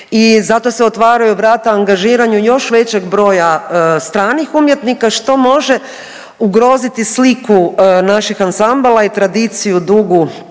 i zato se otvaraju vrata angažiranju još većeg broja stranih umjetnika što može ugroziti sliku naših ansambala i tradiciju dugu